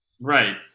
Right